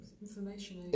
Information